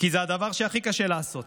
שזה הדבר שהכי קשה לעשות,